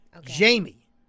Jamie